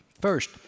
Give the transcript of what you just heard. First